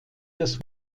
das